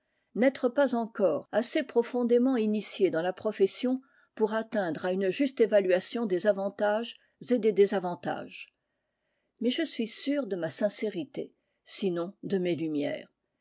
n'être pas encore assez profondément initié dans la profession pour atteindre à une juste évaluation des avantages et des désavantages mais je suis sûr de ma sincérité sinon de mes lumières